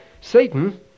Satan